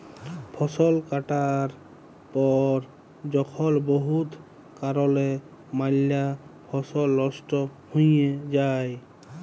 ফসল কাটার পর যখল বহুত কারলে ম্যালা ফসল লস্ট হঁয়ে যায়